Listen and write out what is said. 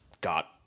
got